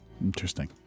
interesting